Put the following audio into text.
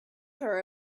her